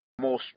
more